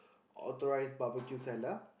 authorized Barbecue seller